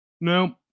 No